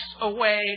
away